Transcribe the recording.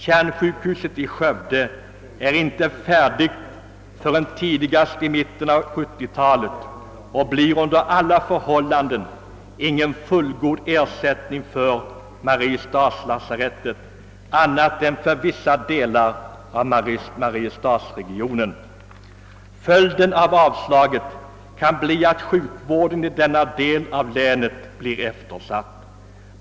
Kärnsjukhuset i Skövde är inte färdigt förrän tidigast i mitten av 1970-talet och blir under alla förhållanden ingen fullgod ersättning för lasaret tet i Mariestad annat än för vissa delar av mariestadsregionen. Följden av avslaget kan bli att sjukvården i denna del av länet blir eftersatt.